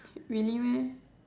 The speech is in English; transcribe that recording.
really meh